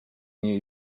new